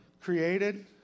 created